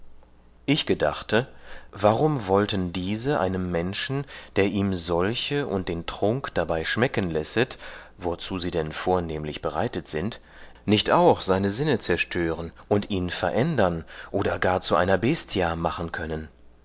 ich gedachte warum wollten diese einem menschen der ihm solche und den trunk dabei schmecken lässet worzu sie dann vornehmlich bereitet sind nicht auch seine sinne zerstören und ihn verändern oder gar zu einer bestia machen können